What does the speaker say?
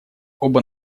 оба